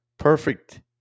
perfect